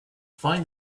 find